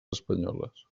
espanyoles